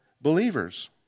believers